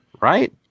right